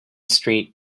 street